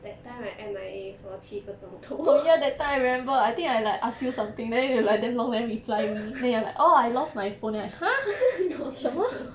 that time I M_I_A for 七个钟头 no lah no